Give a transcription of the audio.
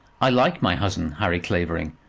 i like my cousin, harry clavering,